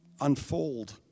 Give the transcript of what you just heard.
unfold